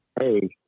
Hey